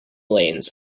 lanes